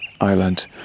island